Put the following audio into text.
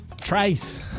Trace